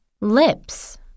Lips